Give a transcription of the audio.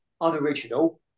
unoriginal